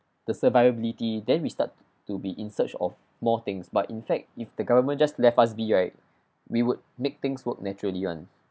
the survivability then we start to be in search of more things but in fact if the government just left us be right we would make things work naturally [one]